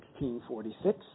1646